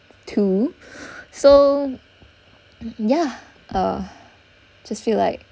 too so yeah uh just feel like